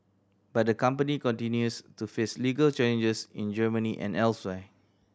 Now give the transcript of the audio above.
but the company continues to face legal challenges in Germany and elsewhere